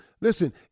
listen